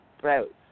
throat